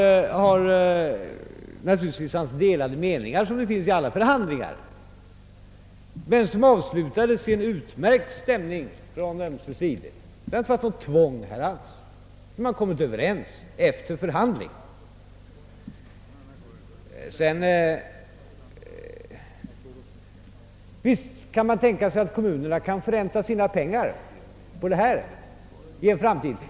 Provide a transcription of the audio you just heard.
Det fanns naturligtvis delade meningar vid förhandlingarna — det finns det vid alla förhandlingar — men de avslutades i en utmärkt stämning på ömse sidor. Det har sålunda inte alls förekommit något tvång, utan man har kommit överens efter förhandling. Visst kan man tänka sig att kommunerna kan förränta sina pengar på detta projekt i framtiden.